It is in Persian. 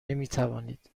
نمیتوانید